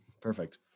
perfect